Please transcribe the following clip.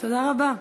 תודה רבה.